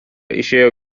išėjo